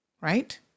right